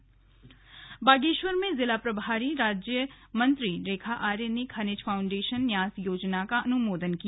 slug योजना का अनुमोदन बागेश्वर में जिला प्रभारी राज्य मंत्री रेखा आर्य ने खनिज फाउंडेशन न्यास योजना का अनुमोदन किया